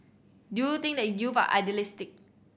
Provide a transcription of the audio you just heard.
do you think that youth are idealistic